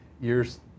years